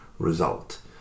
Result